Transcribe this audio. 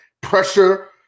pressure